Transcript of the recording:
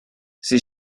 ces